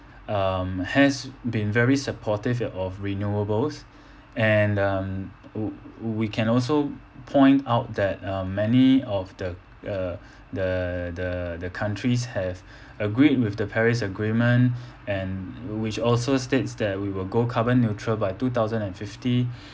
um has been very supportive of renewables and um w~ we can also point out that um many of the uh the the the countries have agreed with the paris agreement and which also states that we will go carbon neutral by two thousand and fifty